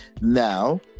Now